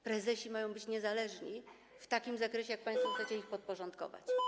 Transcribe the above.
Prezesi mają być niezależni w takim zakresie, w jakim państwo chcecie ich podporządkować.